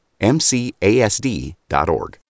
MCASD.org